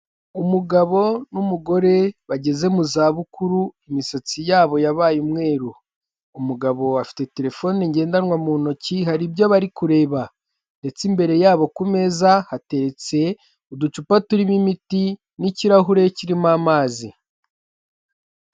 Umugabo n'umugore bageze mu za bukuru imisatsi yabo yabaye umweru, umugabo afite terefone ngendanwa mu ntoki hari ibyo aba ari kureba ndetse imbere yabo ku meza hateretse uducupa turimo imiti n'ikirahure kirimo amazi.